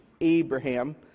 Abraham